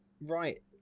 Right